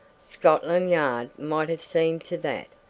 scotland yard might have seen to that.